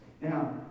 Now